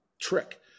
trick